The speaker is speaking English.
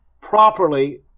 properly